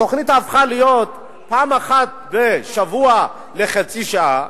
התוכנית הפכה להיות פעם אחת בשבוע חצי שעה.